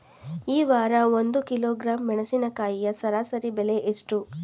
ಈ ವಾರ ಒಂದು ಕಿಲೋಗ್ರಾಂ ಮೆಣಸಿನಕಾಯಿಯ ಸರಾಸರಿ ಬೆಲೆ ಎಷ್ಟು?